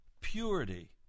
purity